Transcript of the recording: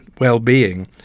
well-being